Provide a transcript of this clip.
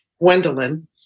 Gwendolyn